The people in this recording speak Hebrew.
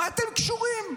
מה אתם קשורים?